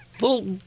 Little